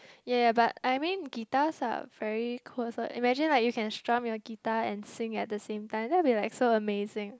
ya ya but I mean guitars are very cool so imagine like you can strum your guitar and sing at the same time that will be like so amazing